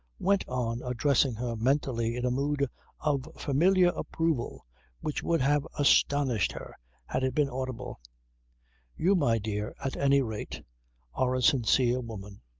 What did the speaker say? went on addressing her mentally in a mood of familiar approval which would have astonished her had it been audible you my dear at any rate are a sincere woman.